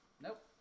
Nope